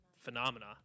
Phenomena